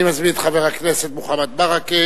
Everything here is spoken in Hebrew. אני מזמין את חבר הכנסת מוחמד ברכה